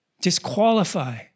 disqualify